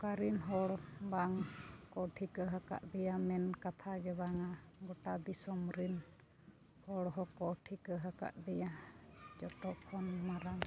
ᱚᱠᱟ ᱨᱮᱱ ᱦᱚᱲ ᱵᱟᱝ ᱠᱚ ᱴᱷᱤᱠᱟᱹ ᱟᱠᱟᱫᱮᱭᱟ ᱢᱮᱱ ᱠᱟᱛᱷᱟ ᱜᱮ ᱵᱟᱝᱟ ᱜᱚᱴᱟ ᱫᱤᱥᱚᱢ ᱨᱮᱱ ᱦᱚᱲ ᱦᱚᱸ ᱠᱚ ᱴᱷᱤᱠᱟᱹ ᱟᱠᱟᱫᱮᱭᱟ ᱡᱚᱛᱚ ᱠᱷᱚᱱ ᱢᱟᱨᱟᱝ